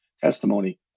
testimony